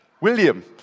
William